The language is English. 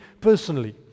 personally